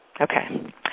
Okay